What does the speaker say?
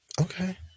okay